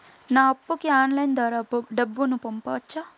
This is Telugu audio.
నా అప్పుకి ఆన్లైన్ ద్వారా డబ్బును పంపొచ్చా